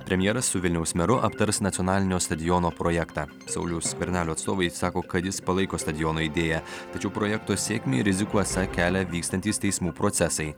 premjeras su vilniaus meru aptars nacionalinio stadiono projektą sauliaus skvernelio atstovai sako kad jis palaiko stadiono idėją tačiau projekto sėkmei rizikų esą kelia vykstantys teismų procesai